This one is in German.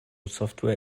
software